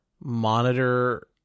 monitor